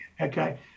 okay